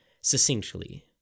succinctly